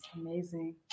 Amazing